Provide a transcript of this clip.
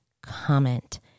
comment